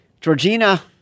Georgina